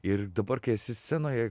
ir dabar kai esi scenoje